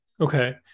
okay